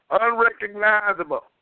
unrecognizable